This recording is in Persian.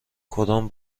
کدام